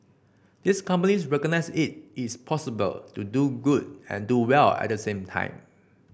these companies recognise it is possible to do good and do well at the same time